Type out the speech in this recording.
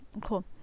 Cool